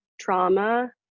trauma